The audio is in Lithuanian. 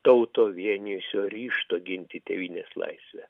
tauto vienijusio ryžto ginti tėvynės laisvę